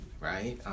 right